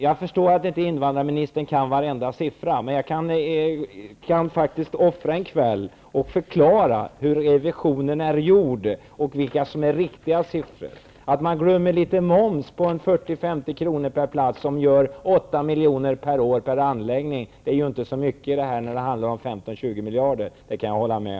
Jag förstår att invandrarministern inte kan varenda siffra, men jag kan offra en kväll för att förklara hur revisionen är gjord och vilka siffror som är riktiga. Man glömmer t.ex. litet moms på 40--50 kr. per plats, vilket gör 8 milj.kr. per år och anläggning. Jag kan hålla med om att det inte är så mycket när det handlar om 15--20 miljarder.